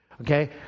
Okay